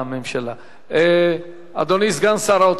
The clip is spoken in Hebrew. אדוני סגן שר האוצר, אתה צריך להשיב.